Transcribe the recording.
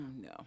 no